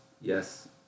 yes